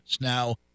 Now